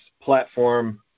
platform